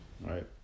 right